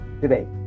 today